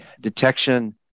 detection